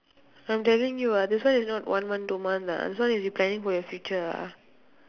I'm telling you ah this one is not one month two month lah this one is you planning for your future ah